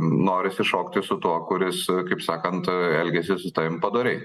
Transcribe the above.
norisi šokti su tuo kuris kaip sakant elgiasi su tavim padoriai